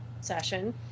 session